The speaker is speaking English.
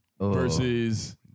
Versus